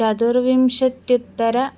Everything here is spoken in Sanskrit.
चतुर्विंशत्युत्तरं